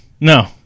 No